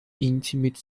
intimate